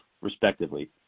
respectively